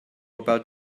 about